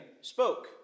spoke